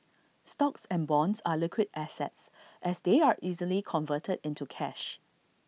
stocks and bonds are liquid assets as they are easily converted into cash